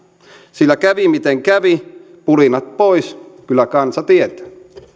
sillä kävi miten kävi pulinat pois kyllä kansa tietää